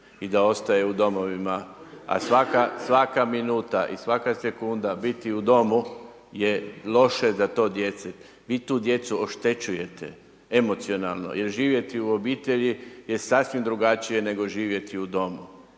i da ostaju u domovima, a svaka minuta i svaka sekunda biti u domu je loše za tu djecu, vi tu djecu oštećujete emocionalno jer živjeti u obitelji je sasvim drugačije, nego živjeti u domu.